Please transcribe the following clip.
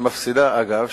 אגב,